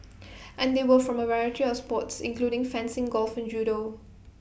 and they were from A variety of sports including fencing golf and judo